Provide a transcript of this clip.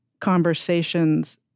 conversations